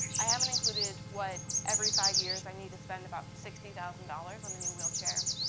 i haven't included what every five years i need to spend about sixty thousand dollars on a new wheelchair.